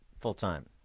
Full-time